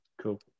cool